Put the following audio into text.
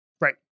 Right